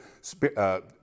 spirit